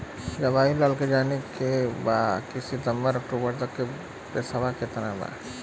जवाहिर लाल के जाने के बा की सितंबर से अक्टूबर तक के पेसवा कितना बा?